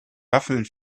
waffeln